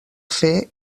fer